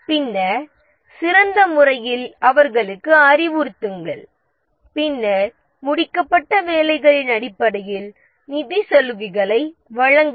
பின்னர் சிறந்த முறையில் அவர்களுக்கு அறிவுறுத்துங்கள் பின்னர் முடிக்கப்பட்ட வேலைகளின் அடிப்படையில் நிதி சலுகைகளை வழங்குங்கள்